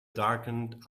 darkened